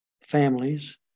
families